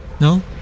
no